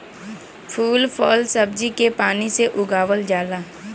फूल फल सब्जी के पानी से उगावल जाला